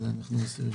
אז אנחנו מסירים.